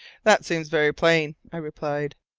that seems very plain, i replied.